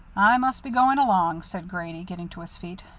i must be going along, said grady, getting to his feet.